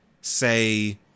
say